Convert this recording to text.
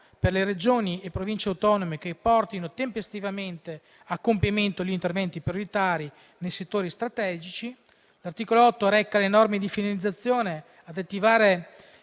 per le Regioni e Province autonome che portino tempestivamente a compimento gli interventi prioritari nei settori strategici. L'articolo 8 reca le norme di finalizzazione ad attivare